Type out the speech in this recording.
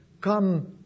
come